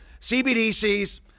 CBDCs